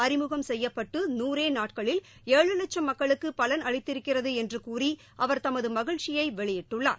அறிமுகம் செய்யப்பட்டு நுறே நாட்களில் ஏழு லட்சம் மக்களுக்கு பலன் அளித்திருக்கிறது என்று கூறி அவர் தமது மகிழ்ச்சியை வெளியிட்டுள்ளார்